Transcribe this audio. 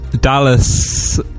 Dallas